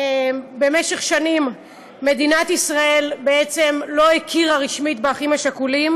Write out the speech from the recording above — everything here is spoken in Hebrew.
במשך שנים מדינת ישראל בעצם לא הכירה רשמית באחים שכולים,